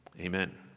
Amen